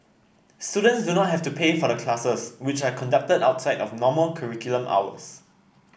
students do not have to pay for the classes which are conducted outside of normal curriculum hours